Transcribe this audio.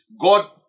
God